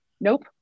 nope